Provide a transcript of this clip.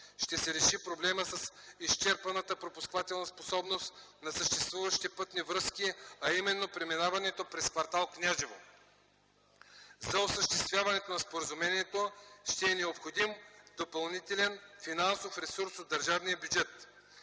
Ще се реши проблемът с изчерпаната пропускателна способност на съществуващите пътни връзки, а именно преминаването през кв. „Княжево”. За осъществяването на споразумението ще е необходим допълнителен финансов ресурс от държавния бюджет.